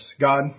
God